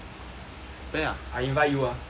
play ah I invite you are